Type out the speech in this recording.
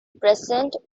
present